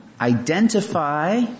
Identify